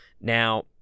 Now